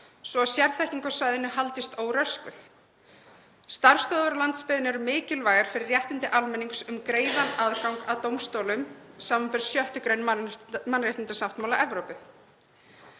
svo að sérþekking á svæðinu haldist óröskuð. Starfsstöðvar á landsbyggðinni eru mikilvægar fyrir réttindi almennings um greiðan aðgang að dómstólum, sbr. 6. gr. mannréttindasáttmála Evrópu.